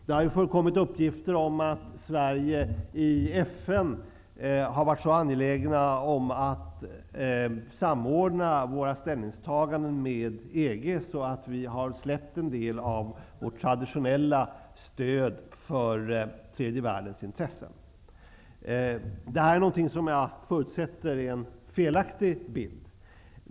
Det har förekommit uppgifter om att vi i Sverige i FN har varit så angelägna om att samordna våra ställningstaganden med EG:s att vi har släppt en del av vårt traditionella stöd för tredje världens intressen. Jag förutsätter att det är en felaktig bild.